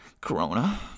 Corona